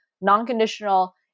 non-conditional